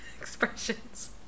expressions